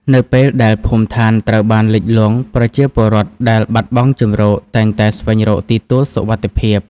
នៅពេលដែលភូមិឋានត្រូវបានលិចលង់ ប្រជាពលរដ្ឋដែលបាត់បង់ជម្រកតែងតែស្វែងរកទីទួលសុវត្ថិភាព។